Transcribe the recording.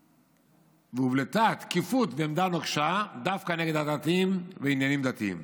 והובלטה תקיפות ועמדה נוקשה דווקא נגד הדתיים ועניינים דתיים.